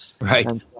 Right